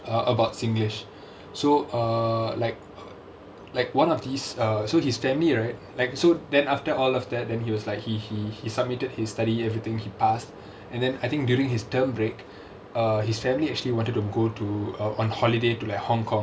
uh about singlish so err like like one of these uh so his family right like so then after all of that then he was like he he he submitted his study everything he passed and then I think during his term break err his family actually wanted to go to uh on holiday to like hong kong